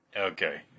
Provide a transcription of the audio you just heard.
Okay